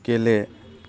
गेले